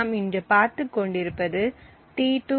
நாம் இன்று பார்த்துக்கொண்டிருப்பது t2